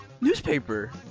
newspaper